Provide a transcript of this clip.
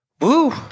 Woo